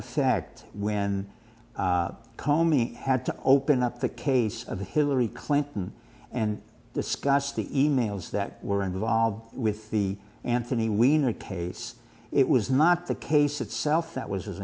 effect when komi had to open up the case of hillary clinton and discuss the emails that were involved with the anthony wiener case it was not the case itself that was